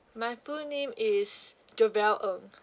my full name is jovia ng